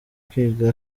kwiga